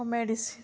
medicines